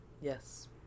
Yes